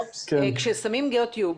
כששמים גיאוטיוב,